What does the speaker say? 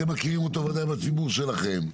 אתם מכירים אותו בוודאי בציבור שלכם.